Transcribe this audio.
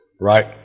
Right